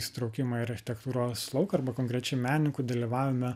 įsitraukimą į architektūros lauką arba konkrečiai menininkų dalyvavime